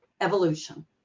evolution